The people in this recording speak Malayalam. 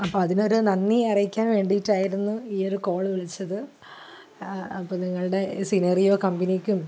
അപ്പം അതിനൊരു നന്ദി അറിയിക്കാൻ വേണ്ടിയിട്ടായിരുന്നു ഈയൊരു കോള് വിളിച്ചത് അപ്പം നിങ്ങളുടെ സിനേറിയോ കമ്പനിക്കും